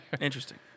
Interesting